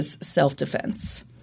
self-defense